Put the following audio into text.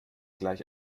gleich